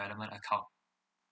account